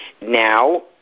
now